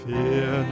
Fear